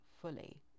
fully